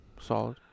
Solid